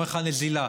אומרים לך: נזילה.